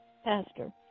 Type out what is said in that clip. Pastor